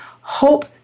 hope